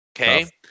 Okay